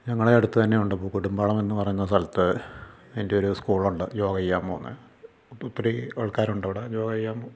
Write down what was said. ഞങ്ങളുടെ അടുത്തു തന്നെയുണ്ട് പൂക്കോട്ടമ്പാളം എന്നു പറയുന്ന സ്ഥലത്ത് അതിൻ്റെയൊരു സ്കൂളുണ്ട് യോഗ ചെയ്യാൻ പോകുന്നത് ഒത്തിരി ആൾക്കാരുണ്ടവിടെ യോഗ ചെയ്യാൻ